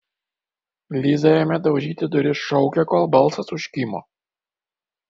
liza ėmė daužyti duris šaukė kol balsas užkimo